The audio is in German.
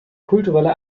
kulturelle